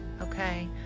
Okay